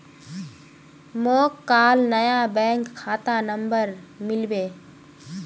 मोक काल नया बैंक खाता नंबर मिलबे